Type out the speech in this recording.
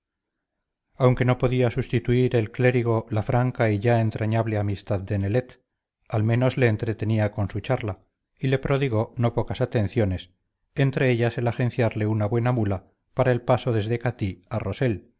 aunque no podía sustituir el clérigo la franca y ya entrañable amistad de nelet al menos le entretenía con su charla y le prodigó no pocas atenciones entre ellas el agenciarle una buena mula para el paso desde catí a rossell